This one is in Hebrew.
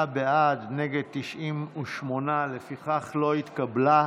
98. לפיכך, היא לא התקבלה.